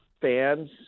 fans